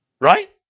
right